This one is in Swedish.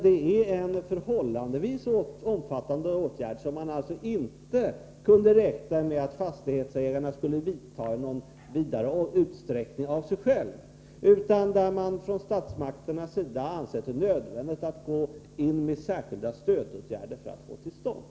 Det gäller en förhållandevis omfattande åtgärd, som man alltså inte kunde räkna med att fastighetsägarna själva skulle vidta i någon större utsträckning. Man har från statsmakternas sida ansett det nödvändigt att sätta in särskilda stödåtgärder för att få den till stånd.